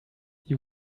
you